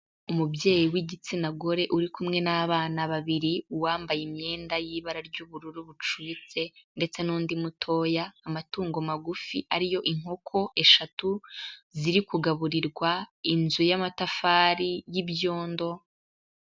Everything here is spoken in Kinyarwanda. Umubyeyi w'igitsina gore uri kumwe n'abana babiri, uwambaye imyenda y'ibara ry'ubururu bucuyutse, ndetse n'undi mutoya, amatungo magufi ariyo inkoko eshatu, ziri kugaburirwa, inzu y'amatafari y'ibyondo.